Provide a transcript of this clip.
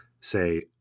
say